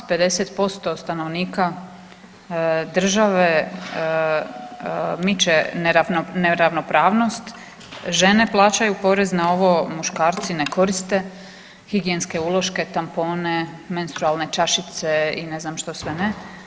50% stanovnika države miče neravnopravnost, žene plaćaju porez na ovo, muškarci ne koriste higijenske uloške, tampone, menstrualne čašice i ne znam što sve ne.